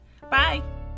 Bye